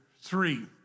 three